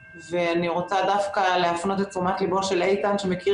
ואני רוצה להפנות את תשומת ליבו של איתן גינזבורג שמכיר